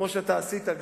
כמו שגם אתה עשית,